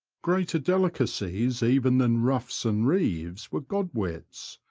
greater delicacies even than ruffs and reeves were godwits,